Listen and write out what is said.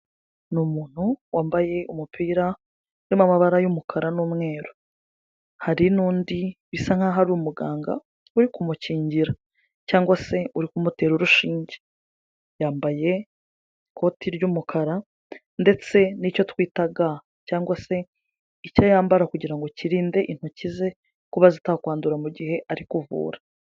Ni umuntu wambaye umupira urimo amabara y'umukara n'umweru, hari n'undi bisa nk'aho ari umuganga uri kumukingira, cyangwa se uri kumutera urushinge, yambaye ikoti ry'umukara, ndetse n'icyo twita ga, cyangwa se icyo yambara kugira ngo kirinde intoki ze kuba zitakwandura mu gihe ari kuvura.